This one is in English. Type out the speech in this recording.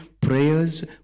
prayers